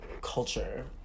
culture